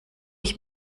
ich